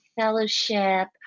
fellowship